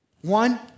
One